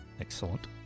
excellent